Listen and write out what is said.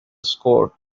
score